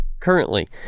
currently